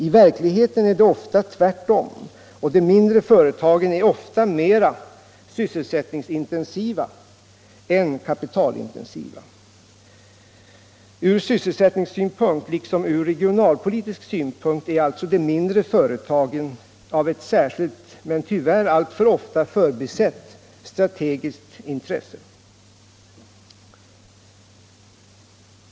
I verkligheten är det ofta tvärtom, och de mindre företagen är ofta mera sysselsättningsintensiva än kapitalintensiva. Ur sysselsättningssynpunkt liksom ur regionalpolitisk synpunkt är alltså de mindre företagen av ett särskilt men tyvärr alltför ofta förbisett strategiskt intresse.